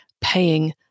paying